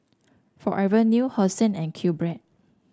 Forever New Hosen and Q Bread